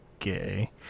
okay